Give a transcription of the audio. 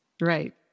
Right